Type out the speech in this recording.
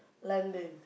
London